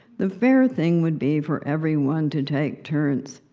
the fair thing would be for everyone to take turns.